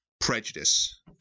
prejudice